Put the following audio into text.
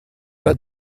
pas